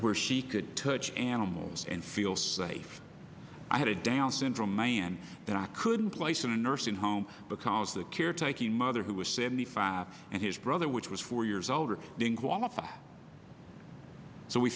where she could touch animals and feel safe i had a down syndrome man that i couldn't place in a nursing home because the caretaking mother who was seventy five and his brother which was four years older qualified so we